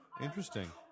interesting